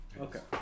Okay